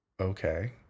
Okay